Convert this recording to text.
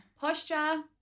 Posture